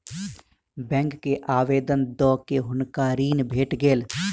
bank के आवेदन दअ के हुनका ऋण भेट गेल